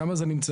שם זה נמצא.